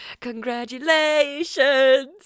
Congratulations